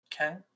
Okay